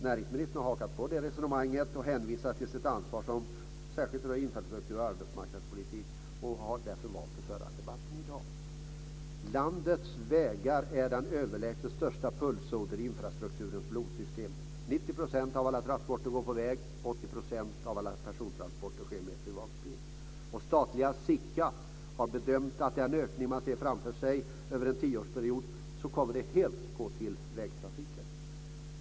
Näringsministern har hakat på det resonemanget och hänvisar till sitt ansvar som särskilt rör infrastruktur och arbetsmarknadspolitik och har därför valt att föra debatten i dag. Landets vägar är den överlägset största pulsådern i infrastrukturens "blodsystem". 90 % av alla transporter går på väg. 80 % av alla persontransporter sker med privatbil. Statliga SIKA har bedömt att den ökning man ser framför sig över en tioårsperiod helt kommer att gå till vägtrafiken.